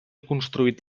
construït